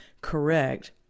correct